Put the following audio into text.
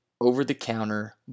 over-the-counter